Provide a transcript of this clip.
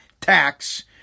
tax